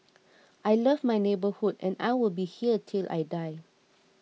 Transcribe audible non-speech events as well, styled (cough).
(noise) I love my neighbourhood and I will be here till I die